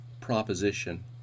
proposition